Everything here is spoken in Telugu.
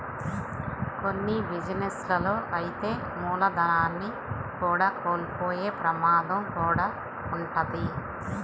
కొన్ని బిజినెస్ లలో అయితే మూలధనాన్ని కూడా కోల్పోయే ప్రమాదం కూడా వుంటది